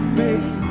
makes